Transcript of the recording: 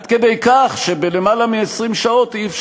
עד כדי כך שבלמעלה מ-20 שעות לא יהיה